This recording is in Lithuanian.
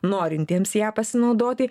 norintiems ja pasinaudoti